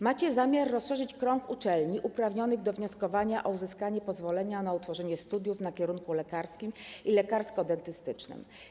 Macie zamiar rozszerzyć krąg uczelni uprawnionych do wnioskowania o uzyskanie pozwolenia na utworzenie studiów na kierunku lekarskim i lekarsko-dentystycznym.